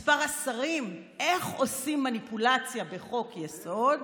מספר השרים, איך עושים מניפולציה בחוק-יסוד?